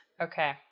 Okay